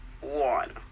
one